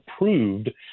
approved